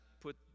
put